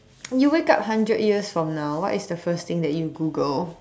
you wake up hundred years from now what is the first thing that you Google